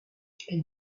elle